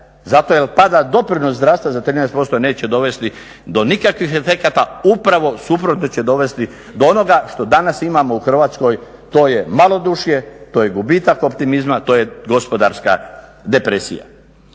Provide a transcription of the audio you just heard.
zato jel pada doprinos zdravstva za 13% neće dovesti do nikakvih efekata, upravo suprotno će dovesti do onoga što danas imamo u Hrvatskoj, to je malodušje, to je gubitak optimizma, to je gospodarska depresija.